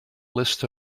list